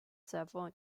several